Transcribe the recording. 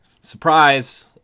surprise